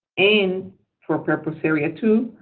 and for purpose area two,